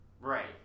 Right